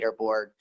leaderboard